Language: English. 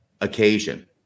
occasion